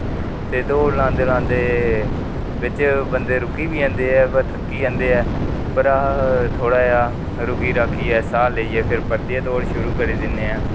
ते दौड लांदे लांदे बिच बंदे रोकी बी जंदे ऐ किश थक्की बी जंदे ऐ फिर अस थोडा जेहा रुकी राकियै साह लैइये फिर परतियै दौड शुरु करी दिने हां